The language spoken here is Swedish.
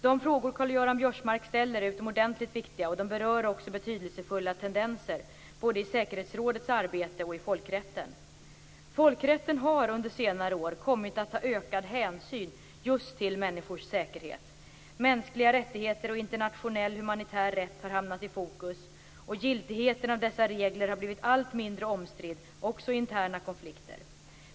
De frågor Karl-Göran Biörsmark ställer är utomordentligt viktiga, och de berör också betydelsefulla tendenser, både i säkerhetsrådets arbete och i folkrätten. Folkrätten har under senare år kommit att ta ökad hänsyn just till människors säkerhet. Mänskliga rättigheter och internationell humanitär rätt har hamnat i fokus, och giltigheten av dessa regler har blivit allt mindre omstridd, också i interna konflikter.